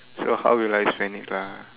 so how will I spend it lah